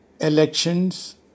elections